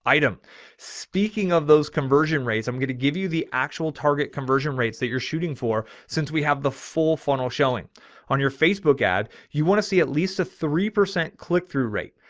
item speaking of those conversion rates, i'm going to give you the actual target conversion rates that you're shooting for. since we have the full funnel showing on your facebook ad, you want to see at least a three percent click through rate.